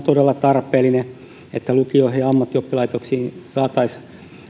todella tarpeellinen että lukioihin ja ammattioppilaitoksiin saataisiin